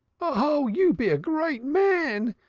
oh, you be a great man!